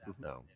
no